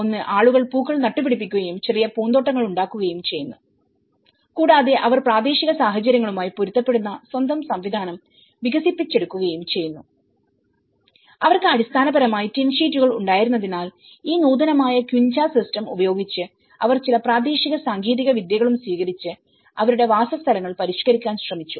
ഒന്ന് ആളുകൾ പൂക്കൾ നട്ടുപിടിപ്പിക്കുകയും ചെറിയ പൂന്തോട്ടങ്ങൾ ഉണ്ടാക്കുകയും ചെയ്യുന്നു കൂടാതെ അവർ പ്രാദേശിക സാഹചര്യങ്ങളുമായി പൊരുത്തപ്പെടുന്ന സ്വന്തം സംവിധാനം വികസിപ്പിച്ചെടുക്കുകയും ചെയ്യുന്നു അവർക്ക് അടിസ്ഥാനപരമായി ടിൻ ഷീറ്റുകൾ ഉണ്ടായിരുന്നതിനാൽ ഈ നൂതനമായ ക്വിൻച സിസ്റ്റംഉപയോഗിച്ച് അവർ ചില പ്രാദേശിക സാങ്കേതിക വിദ്യകളും സ്വീകരിച്ച് അവരുടെ വാസസ്ഥലങ്ങൾ പരിഷ്കരിക്കാൻ ശ്രമിച്ചു